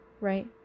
right